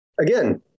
Again